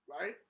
right